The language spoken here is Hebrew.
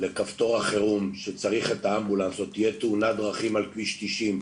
כפתור החירום שצריך את האמבולנס או תהיה תאונת דרכים על כביש 90,